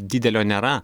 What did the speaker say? didelio nėra